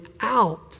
out